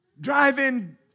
driving